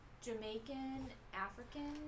Jamaican-African